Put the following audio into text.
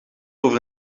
over